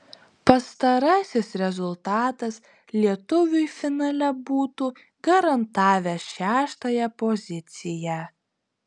pastarasis rezultatas lietuviui finale būtų garantavęs šeštąją poziciją